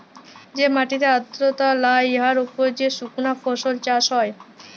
যে মাটিতে আর্দ্রতা লাই উয়ার উপর যে সুকনা ফসল চাষ হ্যয়